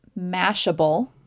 Mashable